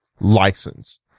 license